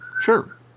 Sure